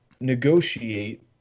negotiate